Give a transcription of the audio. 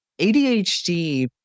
ADHD